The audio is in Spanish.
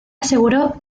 aseguró